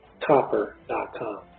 copper.com